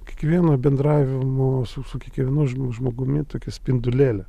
kiekvieno bendravimo su su kiekvienu žmogumi tokį spindulėlį